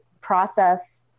process